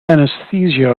anesthesia